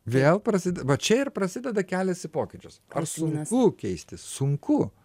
vėl prasideda va čia ir prasideda kelias į pokyčius ar sunku keistis sunku